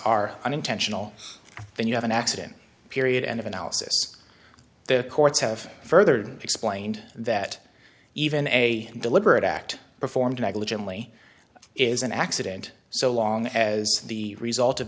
are unintentional then you have an accident period end of analysis the courts have further explained that even a deliberate act performed negligently is an accident so long as the result of